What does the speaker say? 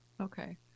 Okay